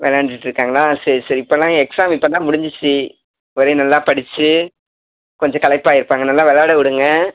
விளாண்டுட்ருக்காங்களா சரி சரி இப்போல்லாம் எக்ஸாம் இப்போ தான் முடிஞ்சித்து இது வரையும் நல்லா படித்து கொஞ்சம் களைப்பாக இருப்பாங்க நல்லா விளாட விடுங்கள்